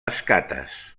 escates